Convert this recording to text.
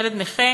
ילד נכה,